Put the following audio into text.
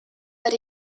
but